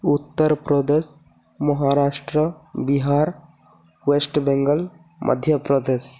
Uttar Pradesh Maharashtra Bihar West Bengal Madhya Pradesh